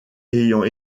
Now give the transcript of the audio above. ayant